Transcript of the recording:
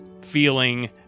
feeling